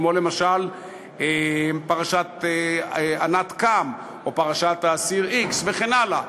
למשל פרשת ענת קם או פרשת האסיר x וכן הלאה,